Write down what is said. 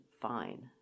fine